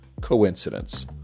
coincidence